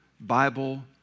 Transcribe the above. Bible